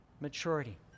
maturity